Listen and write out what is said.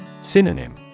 Synonym